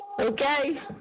Okay